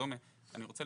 אני רוצה